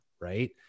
right